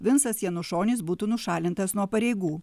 vincas janušonis būtų nušalintas nuo pareigų